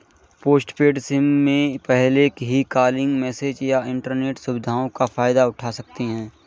postpaid SIM में पहले ही कॉलिंग, मैसेजस और इन्टरनेट सुविधाओं का फायदा उठा सकते हैं